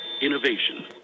Innovation